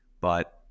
But-